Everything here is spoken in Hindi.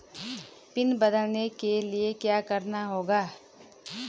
पिन बदलने के लिए क्या करना होगा?